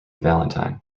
valentine